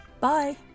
Bye